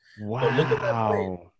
wow